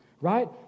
right